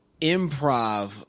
improv